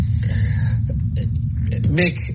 Mick